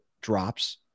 drops